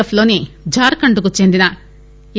F లోని ఝార్ఖండ్ కు చెందిన ఏ